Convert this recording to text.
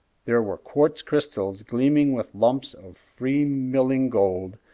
there were quartz crystals gleaming with lumps of free-milling gold,